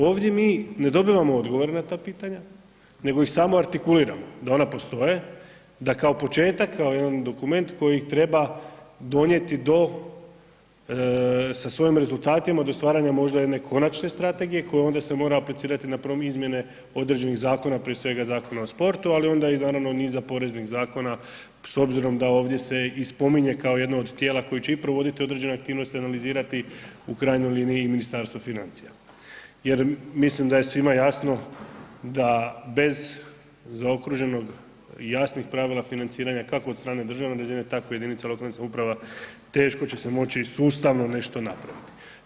Ovdje mi ne dobivamo odgovor na ta pitanja nego ih samo artikuliramo da ona postoje, da kao početak kao jedan dokument koji treba donijeti do, sa svojim rezultatima do stvaranja možda jedne konačne strategije koju onda se mora aplicirati na izmjene određenih zakona, prije svega Zakona o sportu, ali onda i naravno niza poreznih zakona s obzirom da ovdje se i spominje kao jedno od tijela koji će i provoditi određene aktivnosti, analizirati u krajnjoj liniji i Ministarstvo financija, jer mislim da je svima jasno da bez zaokruženog jasnih pravila financiranja kako od strane državne razine tako i jedinica lokalnih samouprava teško će se moći sustavno nešto napraviti.